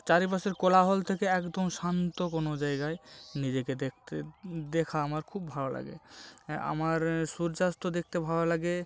চারিপাশের কোলাহল থেকে একদম শান্ত কোনো জায়গায় নিজেকে দেখতে দেখা আমার খুব ভালো লাগে আমার সূর্যাস্ত দেখতে ভালো লাগে